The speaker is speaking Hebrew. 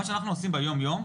מה שאנחנו עושים ביומיום,